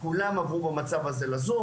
כולם עברו במצב הזה לזום.